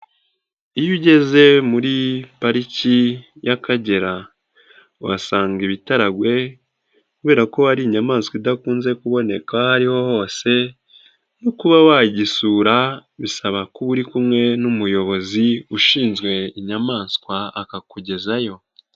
Iyo ugeze muri pariki y'Akagera, uhasanga ibitaragwe kubera ko ari inyamaswa idakunze kuboneka aho ari ho hose no kuba wayisura bisaba kuba uri kumwe n'umuyobozi ushinzwe inyamaswa akakugezayo.